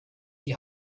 die